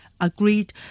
agreed